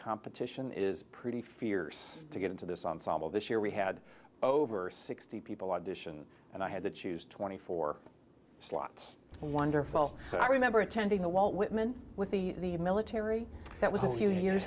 competition is pretty fierce to get into this ensemble this year we had over sixty people audition and i had to choose twenty four slots wonderful so i remember attending the walt whitman with the military that was a few years